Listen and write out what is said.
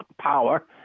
power